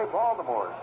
Baltimore